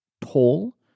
tall